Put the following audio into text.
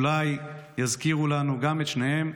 אולי יזכירו לנו גם את שניהם,